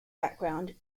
background